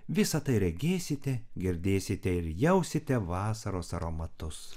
visa tai regėsite girdėsite ir jausite vasaros aromatus